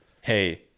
hey